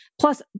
Plus